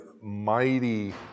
mighty